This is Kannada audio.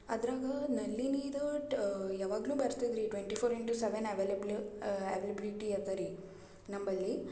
ಅದ್ರಗ ನಲ್ಲಿ ನೀರು ಟ ಯಾವಾಗಲು ಬರ್ತದೆ ರೀ twenty four into seven available availability ಅದ ರೀ ನಂಬಲ್ಲಿ